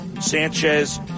sanchez